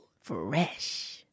Fresh